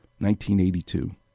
1982